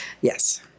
Yes